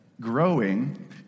Growing